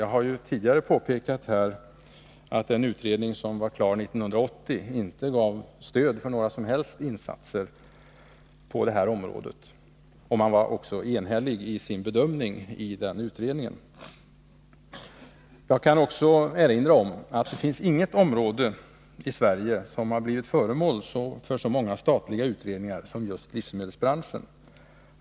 Jag har 45 tidigare påpekat att den utredning som var klar 1980 inte gav stöd för några som helst insatser på detta område. Den utredningen var också enhällig i sin bedömning. Jag kan dessutom erinra om att det inte finns någon bransch i Sverige som har blivit föremål för så många statliga utredningar som just läkemedelsbranschen.